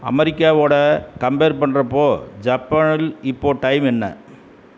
அமெரிக்காவோட கம்பேர் பண்ணுறப்போ ஜப்பானில் இப்போ டைம் என்ன